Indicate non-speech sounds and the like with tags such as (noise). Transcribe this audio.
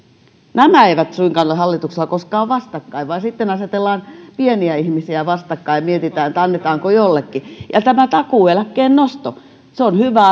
nämä eivät ole suinkaan hallituksella koskaan vastakkain vaan sitten asetellaan pieniä ihmisiä vastakkain ja mietitään annetaanko jollekin ja tämä takuueläkkeen nosto on hyvä (unintelligible)